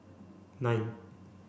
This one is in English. nine